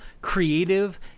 creative